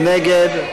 מי נגד?